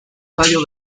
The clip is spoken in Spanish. tallo